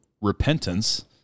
repentance